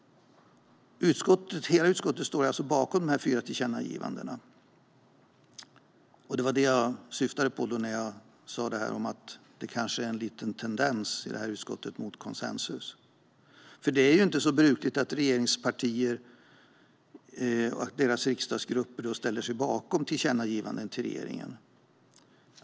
Hela utskottet står alltså bakom de fyra tillkännagivandena, och det var det jag syftade på när jag talade om en liten tendens i utskottet mot konsensus. Det är inte brukligt att regeringspartiernas riksdagsgrupper ställer sig bakom tillkännagivanden till regeringen.